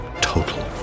total